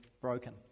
broken